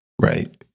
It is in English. Right